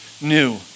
new